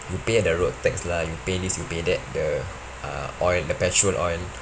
you pay the road tax lah you pay this you pay that the uh oil the petrol oil